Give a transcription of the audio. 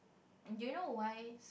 do you know why